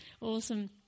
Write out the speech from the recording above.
awesome